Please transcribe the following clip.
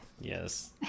Yes